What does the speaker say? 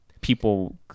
people